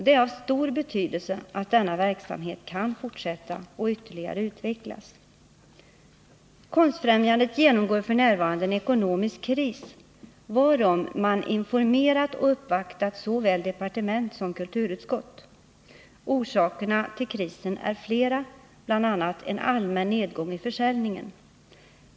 Det är av stor betydelse att denna verksamhet kan fortsätta och ytterligare utvecklas. Konstfrämjandet genomgår f. n. en ekonomisk kris, varom man informerat och uppvaktat såväl departement som kulturutskott. Orsakerna till krisen är flera, bl.a. en allmän nedgång i försäljningen.